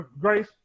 Grace